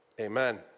Amen